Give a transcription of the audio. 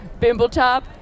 Bimbletop